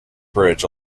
bridge